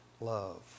love